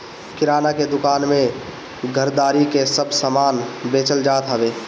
किराणा के दूकान में घरदारी के सब समान बेचल जात हवे